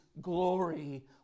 glory